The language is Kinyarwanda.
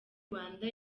rwanda